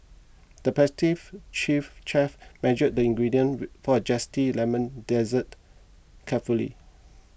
the chief chef measured the ingredients for a Zesty Lemon Dessert carefully